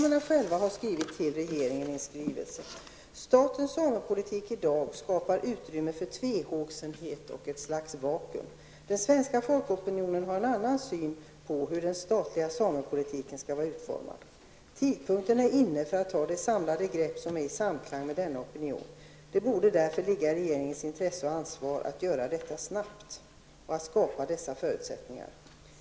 I en skrivelse från samerna till regeringen heter det: ''Statens samepolitik i dag skapar utrymme för tvehågsenhet och ett slags vakuum. Den svenska folkopinionen har en annan syn på hur den statliga samepolitiken skall vara utformad. Tidpunkten är inne för att ta det samlade grepp som står i samklang med denna opinion. Det borde därför ligga i regeringens intresse och ansvar att göra detta snabbt och att skapa dessa förutsättningar.''